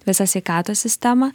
visą sveikatos sistemą